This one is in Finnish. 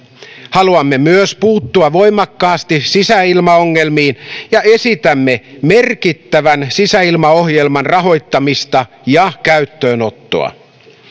haluamme myös puuttua voimakkaasti sisäilmaongelmiin ja esitämme merkittävän sisäilmaohjelman rahoittamista ja käyttöönottoa